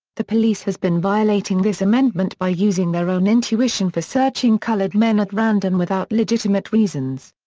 the police has been violating this amendment by using their own intuition for searching colored men at random without legitimate reasons.